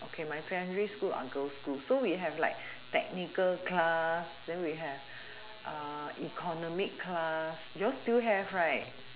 okay my family school are girl schools so we have like technical class then we have economic class you all still have right